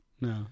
No